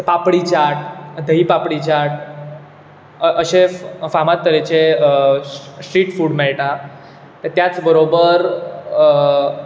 पापडी चाट धही पापडी चाट अशेंच फामाद तरेचे स्ट्रिट फूड मेळटा त्याच बरोबर